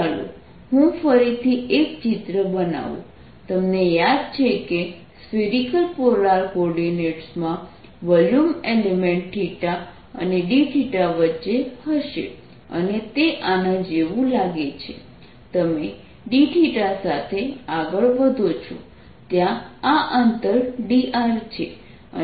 ચાલો હું ફરીથી એક ચિત્ર બનાવું તમને યાદ છે કે સ્ફેરિકલ પોલાર કોઓર્ડિનેટ્સમાં વોલ્યુમ એલિમેન્ટ θ અને dθ વચ્ચે હશે અને તે આના જેવું લાગે છે તમે dθ સાથે આગળ વધો છો ત્યાં આ અંતર dr છે